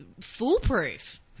foolproof